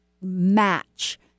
match